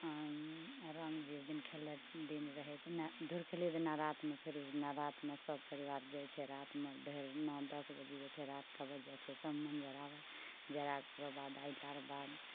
रङ्ग जिस दिन खेलै दिन रहै नहि धुरखेली दिना रातिमे फेरो रातिमे सभ परिवार जाइ छै रातिमे नओ दस बाजि जाइ छै रातिके बज जाइ छै सम्मत जराबै जराके ओकरो बाद अयलाके बाद